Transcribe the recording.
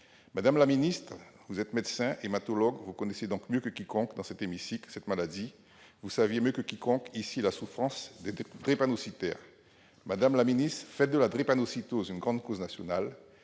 Madame la ministre, vous êtes médecin hématologue, vous connaissez donc mieux que quiconque dans cet hémicycle cette maladie, vous savez mieux que quiconque ici la souffrance des drépanocytaires. Madame la ministre, faites de la drépanocytose une grande cause nationale